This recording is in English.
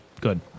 Good